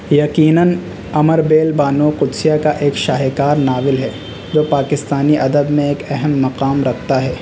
یقیناً امربیل بانو قدسیہ کا ایک شاہکار ناول ہے جو پاکستانی ادب میں ایک اہم مقام رکھتا ہے